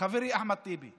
חברי אחמד טיבי.